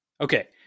Okay